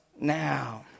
now